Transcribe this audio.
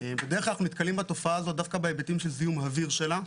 בדרך כלל אנחנו נתקלים בתופעה הזאת דווקא בהיבטים של זיהום אוויר שלה,